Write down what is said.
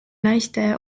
naiste